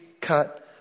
cut